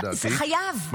לדעתי -- זה חייב.